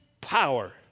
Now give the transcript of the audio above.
power